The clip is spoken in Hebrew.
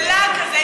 בלעג כזה,